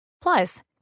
Plus